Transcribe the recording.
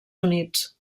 units